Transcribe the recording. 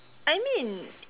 I mean